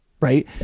right